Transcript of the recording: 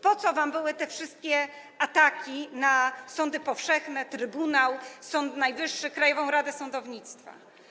Po co wam były te wszystkie ataki na sądy powszechne, trybunał, Sąd Najwyższy, Krajową Radę Sądownictwa?